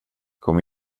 kom